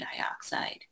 dioxide